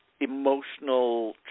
emotional